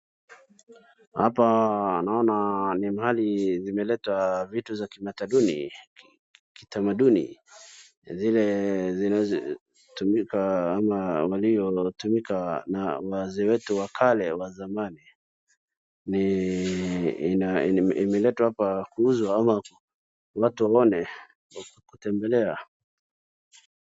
Hapa naona ni mahali zimeletwa vitu za kitamaduni, zile zilizotumika ama waliotumika na wazee wetu wa kale wa zamani. Ni imeletwa hapa kuuzwa ama watu waone kwa kutembelea.